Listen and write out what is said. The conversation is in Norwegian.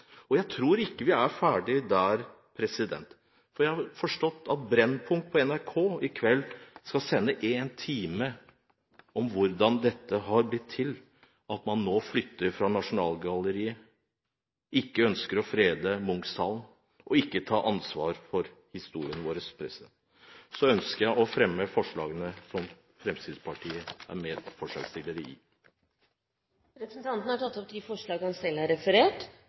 Jeg tror ikke vi er ferdig der, for jeg har forstått at Brennpunkt på NRK i kveld skal sende 1 time om hvordan dette har blitt til, at man nå flytter fra Nasjonalgalleriet, ikke ønsker å frede Munch-salen og ikke tar ansvar for historien vår. Så ønsker jeg å fremme forslaget som Fremskrittspartiet har i innstillingen. Representanten Ib Thomsen har tatt opp det forslaget han